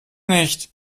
nicht